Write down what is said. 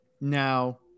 now